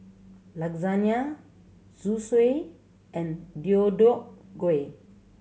Lasagne Zosui and Deodeok Gui